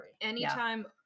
Anytime